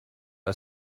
are